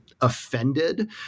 offended